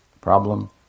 problem